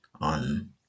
on